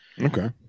Okay